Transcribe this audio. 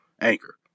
Anchor